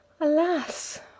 Alas